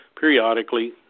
periodically